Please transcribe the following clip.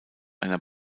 einer